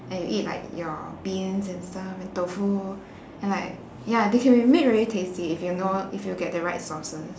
and eat like your beans and stuff and tofu and like ya they can be made very tasty if you know if you get the right sauces